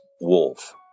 wolf